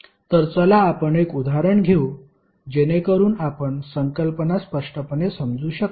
तर चला आपण एक उदाहरण घेऊ जेणेकरून आपण संकल्पना स्पष्टपणे समजू शकाल